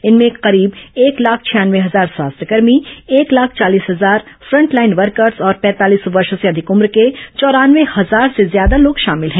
इनमें करीब एक लाख छियानवे हजार स्वास्थ्यकर्मी एक लाख चालीस हजार फ्रंटलाइन वर्कर्स और पैंतालीस वर्ष से अधिक उम्र के चौरानवे हजार से ज्यादा लोग शामिल हैं